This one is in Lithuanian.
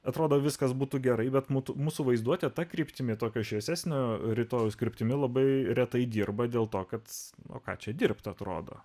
atrodo viskas būtų gerai bet mudu mūsų vaizduotė ta kryptimi tokio šviesesnio rytojaus kryptimi labai retai dirba dėl to kad o ką čia dirbti atrodo